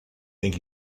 think